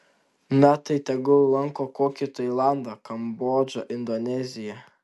na tai tegul lanko kokį tailandą kambodžą indoneziją